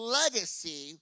legacy